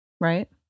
Right